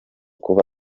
kuba